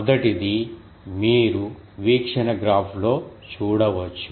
మొదటిది మీరు వీక్షణ గ్రాఫ్ లో చూడవచ్చు